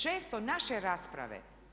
Često naše rasprave.